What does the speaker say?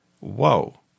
Whoa